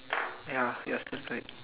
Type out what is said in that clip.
ya your turn same